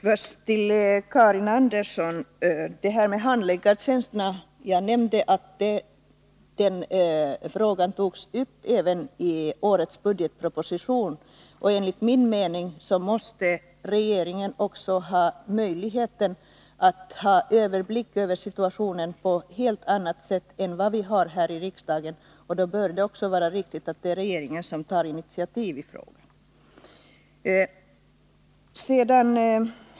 Herr talman! Först till Karin Andersson om handläggartjänsterna. Jag nämnde att frågan tas upp i årets budgetproposition. Enligt min mening har regeringen helt andra möjligheter att skaffa sig överblick över situationen än vad vi här i riksdagen har, och då bör det också vara riktigt att det är regeringen som tar initiativ i frågan.